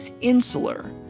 insular